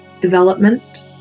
development